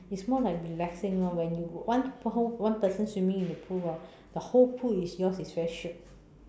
is more like relaxing lor when you one per whole one person swimming in the pool hor the whole pool is yours it's very shiok